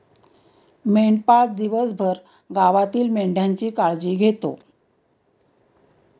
मेंढपाळ दिवसभर गावातील मेंढ्यांची काळजी घेतो